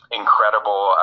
incredible